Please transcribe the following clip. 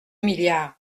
milliards